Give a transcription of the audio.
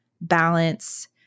balance